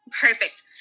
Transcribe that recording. Perfect